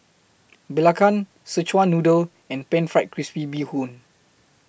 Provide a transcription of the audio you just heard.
Belacan Szechuan Noodle and Pan Fried Crispy Bee Hoon